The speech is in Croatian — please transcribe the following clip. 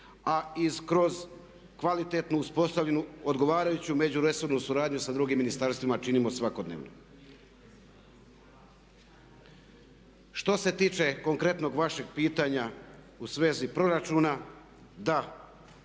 a i kroz kvalitetnu uspostavljenu odgovarajuću međuresornu suradnju s drugim ministarstvima činimo svakodnevno. Što se tiče konkretnog vašeg pitanja u svezi proračuna, da